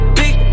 big